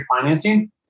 financing